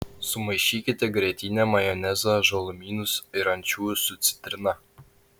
sumaišykite grietinę majonezą žalumynus ir ančiuvius su citrina